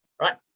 Right